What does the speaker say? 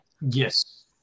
Yes